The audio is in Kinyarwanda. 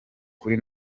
kuri